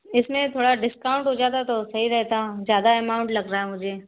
इसमें थोड़ा डिस्काउंट हो जाता तो सही रहता ज़्यादा अमाउंट लग रहा है मुझे